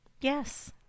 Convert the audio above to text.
Yes